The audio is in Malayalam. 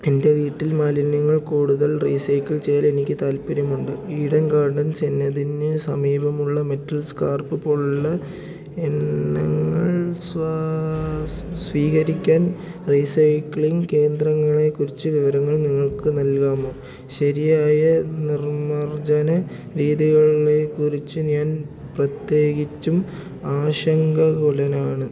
എൻ്റെ വീട്ടിൽ മാലിന്യങ്ങൾ കൂടുതൽ റീസൈക്കിൾ ചെയ്യലെനിക്ക് താല്പര്യമുണ്ട് ഈഡൻ ഗാർഡൻസ് എന്നതിന് സമീപമുള്ള മെറ്റൽ സ്കാർപ്പ് പോലുള്ള എണ്ണങ്ങൾ സ്വീകരിക്കാൻ റീസൈക്കിളിംഗ് കേന്ദ്രങ്ങളെ കുറിച്ച് വിവരങ്ങൾ നിങ്ങൾക്ക് നൽകാമോ ശരിയായ നിർമാർജന രീതികളെ കുറിച്ച് ഞാൻ പ്രത്യേകിച്ചും ആശങ്കാകുലനാണ്